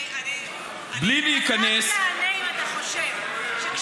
אני, בלי להיכנס, רק תענה אם אתה חושב שאישה,